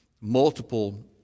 multiple